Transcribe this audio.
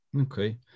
Okay